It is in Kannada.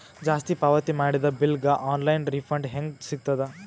ಜಾಸ್ತಿ ಪಾವತಿ ಮಾಡಿದ ಬಿಲ್ ಗ ಆನ್ ಲೈನ್ ರಿಫಂಡ ಹೇಂಗ ಸಿಗತದ?